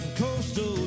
coastal